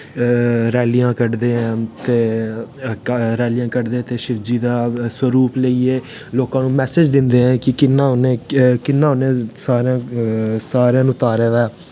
रैलियां क'ढदे ऐं ते रैलियां क'ढदे ते शिवजी दा स्वरूप लेइयै लोकां नू मैसेज दिंदे ऐं कि कियां उनें कियां उनें सारेआं नू तारे दा ऐ